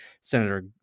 Senator